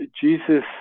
Jesus